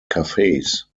cafes